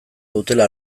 dutela